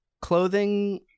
clothing